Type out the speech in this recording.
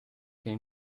can